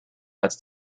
als